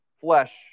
flesh